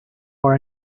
for